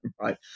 right